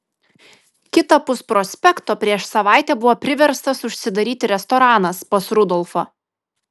kitapus prospekto prieš savaitę buvo priverstas užsidaryti restoranas pas rudolfą